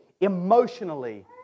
emotionally